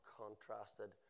contrasted